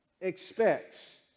expects